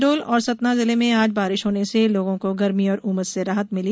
शहडोल और सतना जिले में आज बारिश होने से लोगो को गर्मी और उमस से राहत मिली